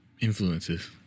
influences